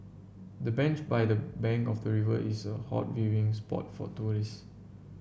the bench by the bank of the river is a hot viewing spot for tourist